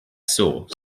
sauce